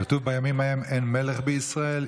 כתוב: "בימים ההם אין מלך בישראל,